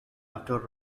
after